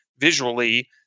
visually